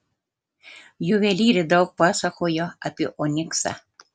juvelyrė daug pasakojo apie oniksą